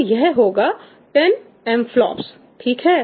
तो यह होगा 10 एमफ्लॉप्स ठीक है